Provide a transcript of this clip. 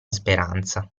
speranza